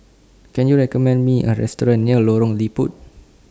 Can YOU recommend Me A Restaurant near Lorong Liput